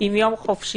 עם יום חופשי